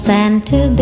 Santa